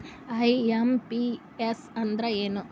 IMPS ಅಂದ್ರ ಏನು?